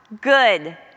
Good